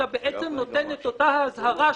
אתה נותן אותה אזהרה,